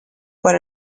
por